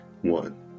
one